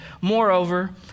Moreover